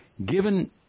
given